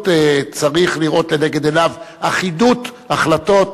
צריך לראות לנגד עיניו אחידות החלטות,